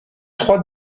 trois